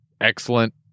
excellent